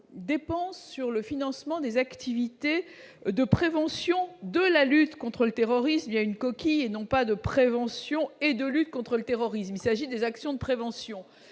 dépenses sur le financement des activités de prévention de la lutte contre le terrorisme, il y a une coquille et non pas de prévention et de lutte contre le terrorisme, il s'agit des actions de prévention